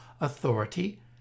authority